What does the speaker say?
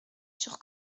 sur